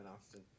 Austin